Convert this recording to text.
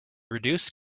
reduced